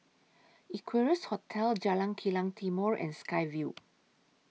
Equarius Hotel Jalan Kilang Timor and Sky Vue